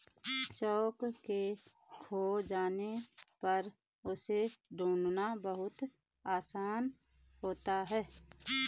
cheque के खो जाने पर उसे ढूंढ़ना बहुत आसान होता है